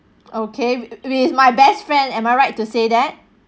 okay with my best friend am I right to say that